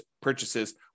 purchases